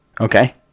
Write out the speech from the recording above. Okay